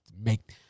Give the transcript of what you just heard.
make